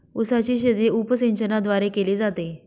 उसाची शेती उपसिंचनाद्वारे केली जाते